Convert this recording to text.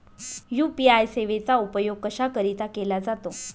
UPI सेवेचा उपयोग कशाकरीता केला जातो?